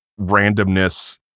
randomness